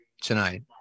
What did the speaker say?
tonight